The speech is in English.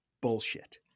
bullshit